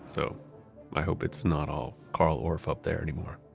so i hope it's not all carl orff up there anymore,